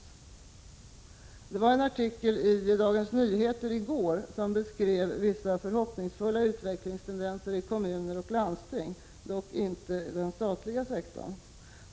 I Dagens Nyheter fanns i går en artikel där man beskrev vissa förhoppningsfulla utvecklingstendenser i kommuner och landsting, dock inte inom den statliga sektorn.